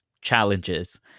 challenges